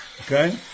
Okay